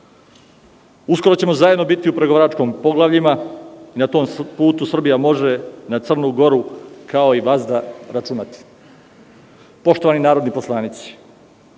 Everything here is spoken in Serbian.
Uskoro ćemo zajedno biti u pregovaračkim poglavljima. Na tom putu Srbija može na Crnu Goru, kao i vazda, računati. Poštovani narodni poslanici,